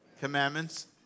Commandments